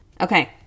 Okay